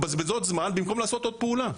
מבזבזות זמן במקום לעשות עוד פעולה.